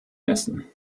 essen